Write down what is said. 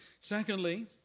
Secondly